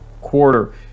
quarter